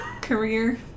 career